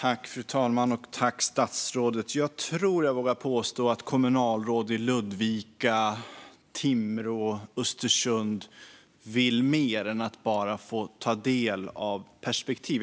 Fru talman! Jag tror att jag vågar påstå att kommunalråd i Ludvika, Timrå eller Östersund vill mer än att bara få ta del av perspektiv.